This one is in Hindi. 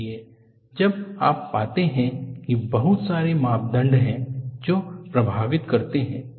इसलिए जब आप पाते हैं कि बहुत सारे मापदंड हैं जो प्रभावित करते हैं